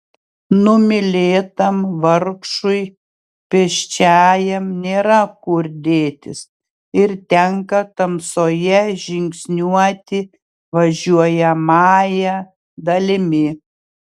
numylėtam vargšui pėsčiajam nėra kur dėtis ir tenka tamsoje žingsniuoti važiuojamąja dalimi